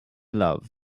loved